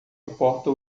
importa